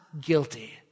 guilty